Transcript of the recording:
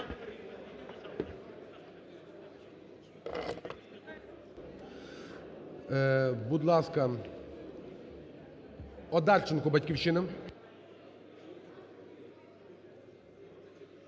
Будь ласка, Одарченко, "Батьківщина".